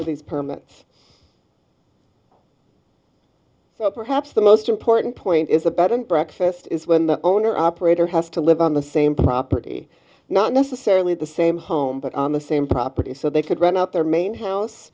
for these permits so perhaps the most important point is the bed and breakfast is when the owner operator has to live on the same property not necessarily the same home but on the same property so they could rent out their main house